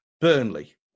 Burnley